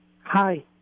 Hi